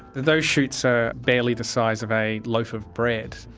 those chutes are barely the size of a loaf of bread.